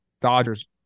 Dodgers